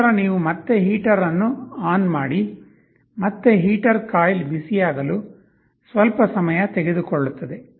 ನಂತರ ನೀವು ಮತ್ತೆ ಹೀಟರ್ ಅನ್ನು ಆನ್ ಮಾಡಿ ಮತ್ತೆ ಹೀಟರ್ ಕಾಯಿಲ್ ಬಿಸಿಯಾಗಲು ಸ್ವಲ್ಪ ಸಮಯ ತೆಗೆದುಕೊಳ್ಳುತ್ತದೆ